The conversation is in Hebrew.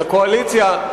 של הקואליציה.